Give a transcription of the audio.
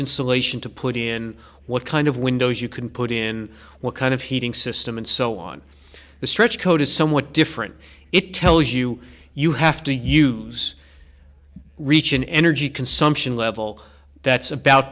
insulation to put in what kind of windows you can put in what kind of heating system and so on the stretch code is somewhat different it tells you you have to use reach an energy consumption level that's about